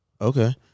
Okay